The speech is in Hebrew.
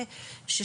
בנוסף,